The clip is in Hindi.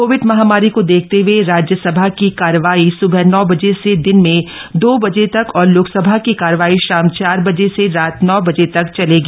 कोविड महामारी को देखते हए राज्यसभा की कार्यवाही सुबह नौ बजे से दिन में दो बजे तक और लोकसभा की कार्यवाही शाम चार बजे से रात नौ बजे तक चलेगी